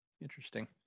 Interesting